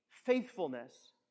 faithfulness